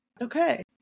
Okay